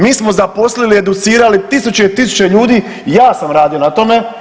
Mi smo zaposlili i educirali tisuće i tisuće ljudi, ja sam radio na tome.